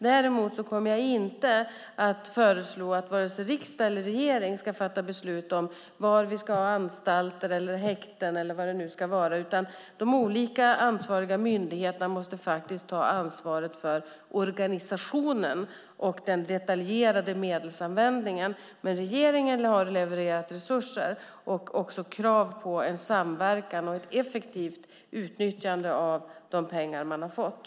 Däremot kommer jag inte att föreslå att vare sig riksdag eller regering ska fatta beslut om var vi ska ha anstalter, häkten eller vad det nu gäller, utan de ansvariga myndigheterna måste ta ansvaret för organisationen och den detaljerade medelsanvändningen. Regeringen har levererat resurser och även krav på samverkan och ett effektivt utnyttjande av de pengar de fått.